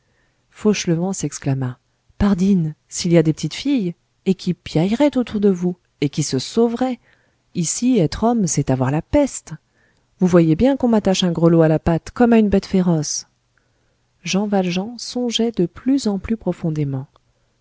fauchelevent s'exclama pardine s'il y a des petites filles et qui piailleraient autour de vous et qui se sauveraient ici être homme c'est avoir la peste vous voyez bien qu'on m'attache un grelot à la patte comme à une bête féroce jean valjean songeait de plus en plus profondément